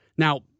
Now